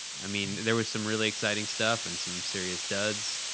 i mean. there was some really exciting stuff and some serious duds.